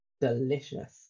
delicious